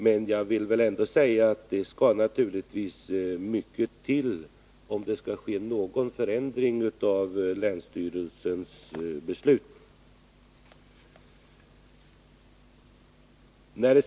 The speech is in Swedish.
Men jag kan ändå säga att det skall mycket till för att någon förändring i länsstyrelsens beslut skall ske.